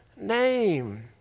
name